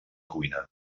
cuina